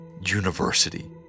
university